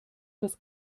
das